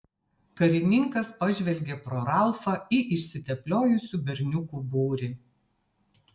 karininkas pažvelgė pro ralfą į išsitepliojusių berniukų būrį